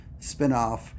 spinoff